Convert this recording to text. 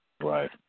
Right